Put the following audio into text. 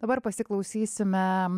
dabar pasiklausysime